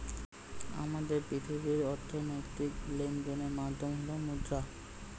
আমাদের পৃথিবীর অর্থনৈতিক লেনদেনের মাধ্যম হল মুদ্রা